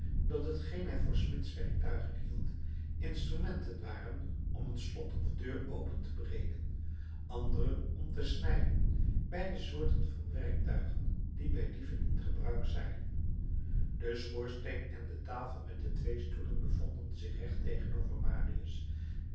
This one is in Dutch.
dat hetgeen hij voor smidswerktuigen hield instrumenten waren om een slot of deur open te breken andere om te snijden beide soorten van werktuigen die bij dieven in gebruik zijn de schoorsteen en de tafel met de twee stoelen bevonden zich recht tegenover marius